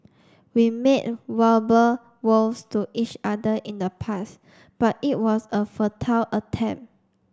we made verbal vows to each other in the past but it was a futile attempt